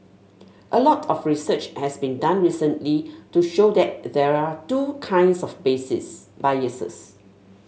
a lot of research has been done recently to show that there are two kinds of biases